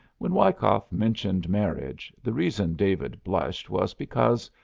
when wyckoff mentioned marriage, the reason david blushed was because,